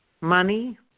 Money